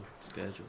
schedule